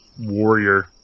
warrior